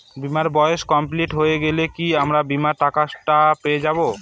বীমার বয়স কমপ্লিট হয়ে গেলে কি আমার বীমার টাকা টা পেয়ে যাবো?